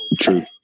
True